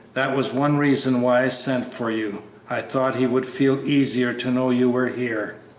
that was one reason why i sent for you i thought he would feel easier to know you were here.